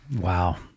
Wow